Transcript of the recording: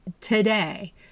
Today